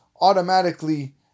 automatically